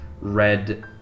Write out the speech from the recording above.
red